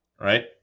right